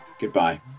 Goodbye